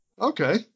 Okay